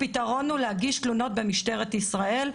הפתרון הוא להגיש תלונות במשטרת ישראל,